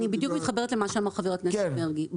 אני בדיוק מתחברת למה שאמר חבר הכנסת מרגי.